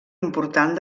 important